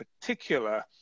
particular